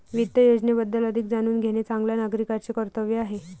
वित्त योजनेबद्दल अधिक जाणून घेणे चांगल्या नागरिकाचे कर्तव्य आहे